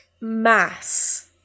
mass